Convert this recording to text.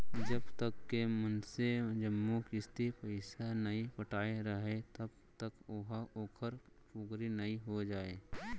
जब तक के मनसे जम्मो किस्ती पइसा नइ पटाय राहय तब तक ओहा ओखर पोगरी नइ हो जाय